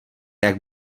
jak